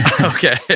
okay